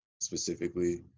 specifically